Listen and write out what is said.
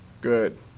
Good